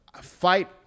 fight